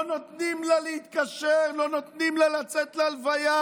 לא נותנים לה להתקשר, לא נותנים לה לצאת להלוויה.